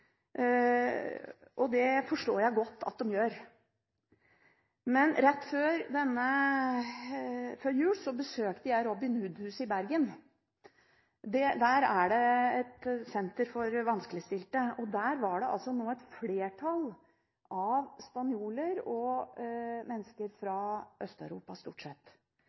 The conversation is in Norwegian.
og det forstår jeg godt at de gjør. Rett før jul besøkte jeg Robin Hood Huset i Bergen. Det er et senter for vanskeligstilte. Der var det nå et flertall av spanjoler og mennesker fra Øst-Europa stort sett.